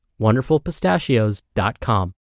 wonderfulpistachios.com